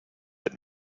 that